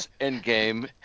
Endgame